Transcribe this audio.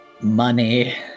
Money